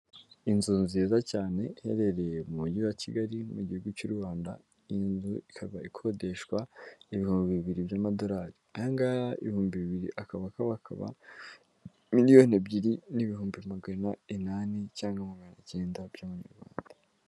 Inzu nziza cyane iherereye mu mujyi wa Kigali mu gihugu cy'R rwanda iyi nzu ikaba ikodeshwa ibihumbi bibiri by'Amadolari angahe ibihumbi bibiri akaba akabakaba miliyoni ebyiri n'ibihumbi magana inani cyangwa magana cyenda by'Amanyarwanda.